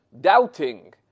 doubting